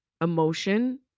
emotion